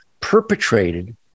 perpetrated